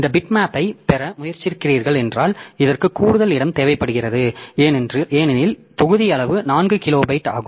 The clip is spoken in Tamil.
இந்த பிட்மாப்பைப் பெற முயற்சிக்கிறீர்கள் என்றால் இதற்கு கூடுதல் இடம் தேவைப்படுகிறது ஏனெனில் தொகுதி அளவு 4 கிலோ பைட் ஆகும்